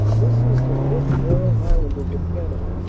this is the fifth. royal highlanders of canada,